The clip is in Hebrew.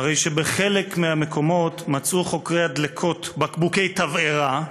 הרי שבחלק מהמקומות מצאו חוקרי הדלקות בקבוקי תבערה,